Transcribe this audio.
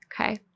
okay